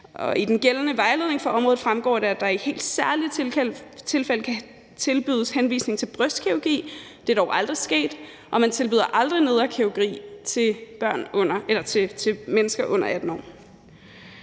I den gældende vejledning for området fremgår det, at der i helt særlige tilfælde kan tilbydes henvisning til brystkirurgi – det er dog aldrig sket – og man tilbyder aldrig nedre kirurgi til mennesker under 18 år.